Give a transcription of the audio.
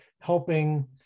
helping